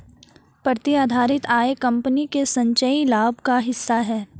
प्रतिधारित आय कंपनी के संचयी लाभ का हिस्सा है